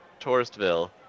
touristville